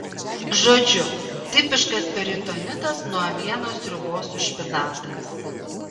žodžiu tipiškas peritonitas nuo avienos sriubos su špinatais